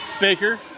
Baker